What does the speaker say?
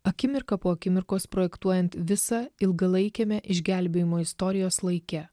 akimirka po akimirkos projektuojant visa ilgalaikiame išgelbėjimo istorijos laike